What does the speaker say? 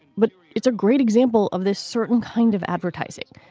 but it's a great example of this certain kind of advertising,